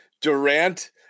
Durant